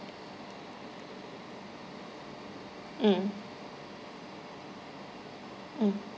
mm mm